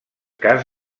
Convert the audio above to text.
cas